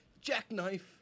jackknife